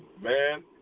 Man